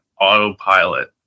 autopilot